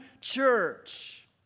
church